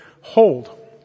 hold